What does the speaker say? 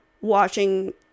watching